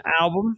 album